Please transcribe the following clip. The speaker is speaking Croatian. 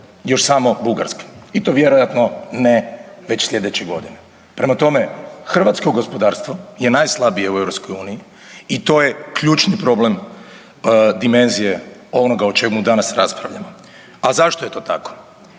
još samo Bugarska i to vjerojatno ne već slijedeće godine. Prema tome, hrvatsko gospodarstvo je najslabije u EU i to je ključni problem dimenzije onoga o čemu danas raspravljamo. A zašto je to tako?